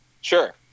Sure